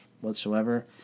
whatsoever